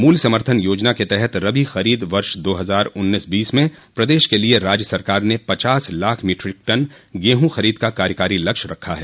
मूल्य समर्थन योजना के तहत रबी खरीद वर्ष दो हजार उन्नीस बीस में प्रदेश के लिए राज्य सरकार ने पचास लाख मीट्रिक टन गेहूँ खरीद का कार्यकारी लक्ष्य रखा है